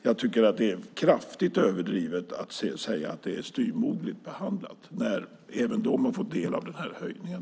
Jag tycker att det är kraftigt överdrivet att säga att den utbildningsvetenskapliga forskningen är styvmoderligt behandlad när även den har fått del av höjningen.